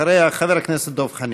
אחריה, חבר הכנסת דב חנין.